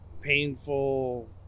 painful